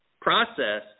process